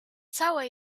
całe